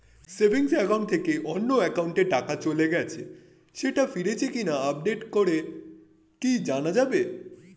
Savings account থেকে অন্য একাউন্টে টাকা চলে গেছে সেটা ফিরেছে কিনা আপডেট করে কি জানা যাবে?